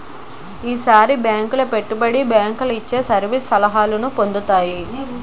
ఏసార bank పెట్టుబడి bank ఇవిచ్చే service సలహాలు పొందుతాయి